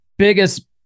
biggest